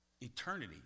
Eternity